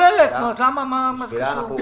אז מה זה קשור?